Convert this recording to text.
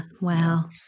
Wow